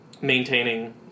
maintaining